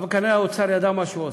אבל כנראה האוצר ידע מה הוא עושה.